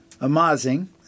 amazing